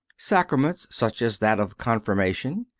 sacraments such as that of confirmation,